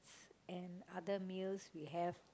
and other meals we have